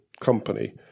company